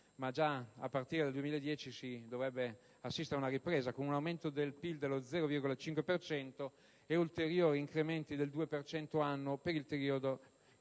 ma già a partire dal 2010 si dovrebbe assistere a una ripresa, con un aumento del PIL dello 0,5 per cento e ulteriori incrementi del 2 per cento